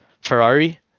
Ferrari